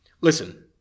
listen